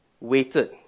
waited